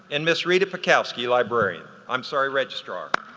and miss rita pecowski, librarian. i'm sorry, registrar.